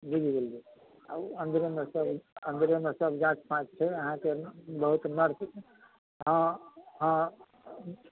बुझि गेलियै आ ओ अन्दरेमे सब अन्दरेमे सब जाँच फाँच छै अहाँके बहुत नर्स हँ हँ